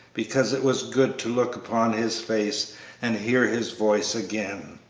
because it was good to look upon his face and hear his voice again.